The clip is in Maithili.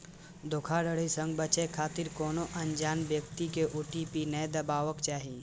धोखाधड़ी सं बचै खातिर कोनो अनजान व्यक्ति कें ओ.टी.पी नै देबाक चाही